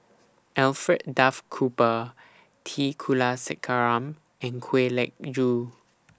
Alfred Duff Cooper T Kulasekaram and Kwek Leng Joo